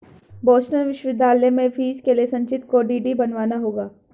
Boston विश्वविद्यालय में fees के लिए संचित को डी.डी बनवाना होगा